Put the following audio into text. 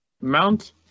mount